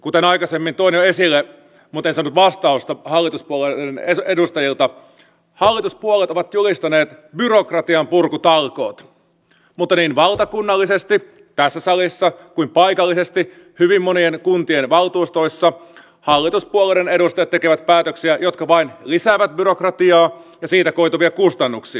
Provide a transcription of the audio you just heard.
kuten aikaisemmin toin jo esille mutta en saanut vastausta hallituspuolueiden edustajilta hallituspuolueet ovat julistaneet byrokratian purkutalkoot mutta niin valtakunnallisesti tässä salissa kuin paikallisesti hyvin monien kuntien valtuustoissa hallituspuolueiden edustajat tekevät päätöksiä jotka vain lisäävät byrokratiaa ja siitä koituvia kustannuksia